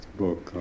book